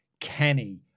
Kenny